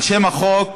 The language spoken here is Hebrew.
לשם החוק